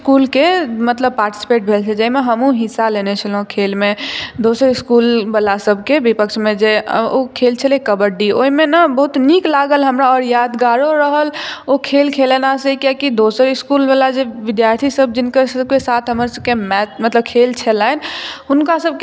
आओर दोसर इसकुलके मतलब पार्टिसिपेट भेल छलै जाहि मे हमहूँ हिस्सा लेने छलहुॅं खेलमे दोसर इसकुल वाला सबकेँ विपक्षमे जे खेल छलै कबड्डी ओहिमे ने बहुत नीक लागल हमरा आओर यादगारो रहल ओ खेल खेलेलासँ कियाकि दोसर इसकुल वला जे विद्यार्थी सब जिनकर सबके साथ हमर सबकेँ मतलब खेल छलनि